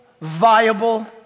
viable